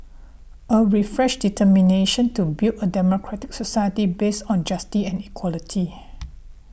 a refreshed determination to build a democratic society based on justice and equality